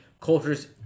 cultures